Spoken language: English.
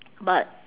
but